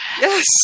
Yes